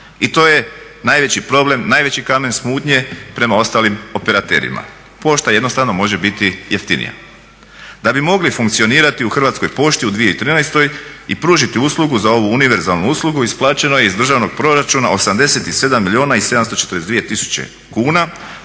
i to je najveći problem, najveći kamen smutnje prema ostalim operaterima. Pošta jednostavno može biti jeftinija. Da bi mogli funkcionirati u Hrvatskoj pošti u 2013.i pružiti uslugu za ovu univerzalne uslugu isplaćeno je iz državnog proračuna 87 milijuna i 752 tisuće kuna